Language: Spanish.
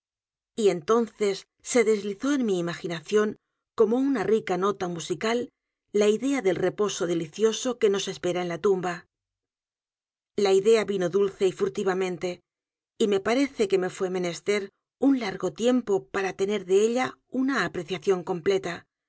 y entonces se deslizó en mi imaginación como una rica nota musical la idea del reposo delicioso que nos espera en la tumba la idea vino dulce y furtivamente y me parece que me fué menester un largo tiempo para tener de ella una apreciación completa